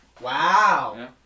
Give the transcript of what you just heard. Wow